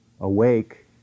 awake